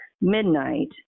midnight